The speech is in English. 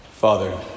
Father